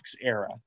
era